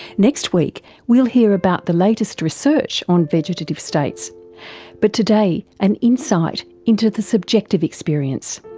next week we'll hear about the latest research on vegetative states but today, an insight into the subjective experience.